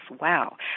Wow